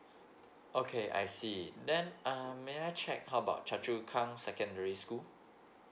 okay I see then um may I check how about chua chu kang secondary school